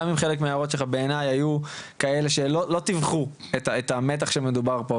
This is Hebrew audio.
גם אם חלק מההערות שלך בעיני היו כאלה שלא תיווכו את המטח שמדובר פה,